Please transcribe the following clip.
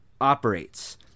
operates